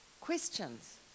Questions